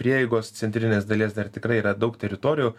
prieigos centrinės dalies dar tikrai yra daug teritorijų